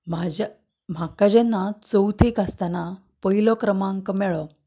म्हज्या म्हाका जेन्ना चवथेक आसतना पयलो क्रमांक मेळ्ळो